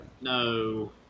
No